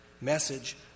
message